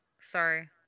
Sorry